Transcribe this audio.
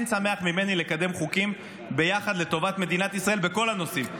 אין שמח ממני לקדם חוקים ביחד לטובת מדינת ישראל בכל הנושאים.